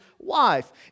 Wife